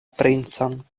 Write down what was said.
princon